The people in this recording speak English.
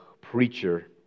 preacher